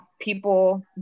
people